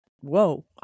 whoa